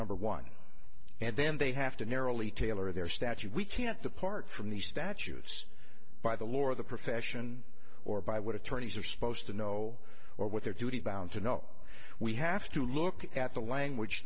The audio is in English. number one and then they have to narrowly tailor their statute we can't depart from the statutes by the lore of the profession or by what attorneys are supposed to know or what their duty bound to know we have to look at the language